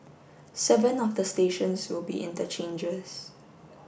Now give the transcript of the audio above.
seven of the stations will be interchanges